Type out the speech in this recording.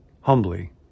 humbly